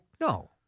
No